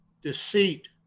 deceit